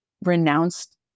renounced